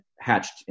hatched